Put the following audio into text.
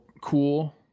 cool